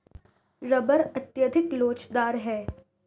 rubber अत्यधिक लोचदार है